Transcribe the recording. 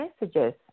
messages